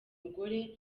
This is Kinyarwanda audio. mugore